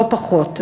לא פחות.